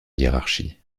hiérarchie